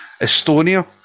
Estonia